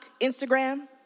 Instagram